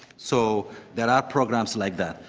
so there are programs like that.